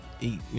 eat